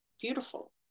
Beautiful